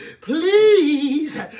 Please